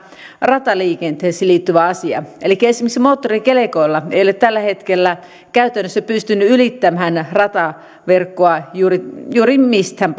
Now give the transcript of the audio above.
rataliikenteeseen liittyvä asia elikkä esimerkiksi moottorikelkoilla ei ole tällä hetkellä käytännössä pystynyt ylittämään rataverkkoa juuri juuri mistään